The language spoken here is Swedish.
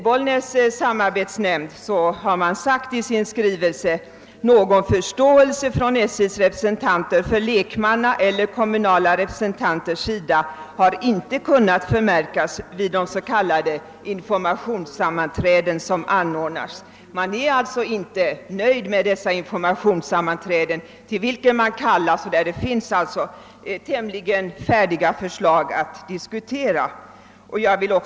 Bollnäs samarbetsnämnd har i sin skrivelse sagt, att någon förståelse från SJ:s representanter för lekmannasynpunkter och de kommunala representanternas synpunkter inte har kunnat förmärkas vid de s.k. informationssammanträden som har anordnats. Man är alltså inte nöjd med dessa informationssammanträden, till vilka man har kallats för att diskutera tämligen färdiga förslag.